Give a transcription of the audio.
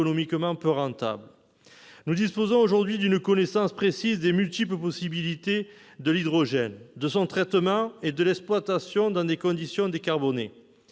Nous disposons aujourd'hui d'une connaissance précise des multiples possibilités de l'hydrogène, de son traitement et de l'exploitation dans des conditions décarbonées.